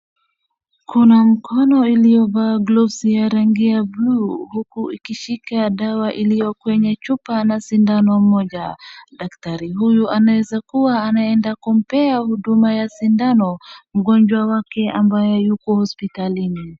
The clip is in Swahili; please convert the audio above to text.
Kuna mkono iliyovaa gloves ya rangi ya blue huku ikishika dawa iliyo kwenye chupa na sindano moja. Daktari huyu anaeza kuwa anaenda kumpea huduma ya sindano mgonjwa wake ambaye yuko hospitalini.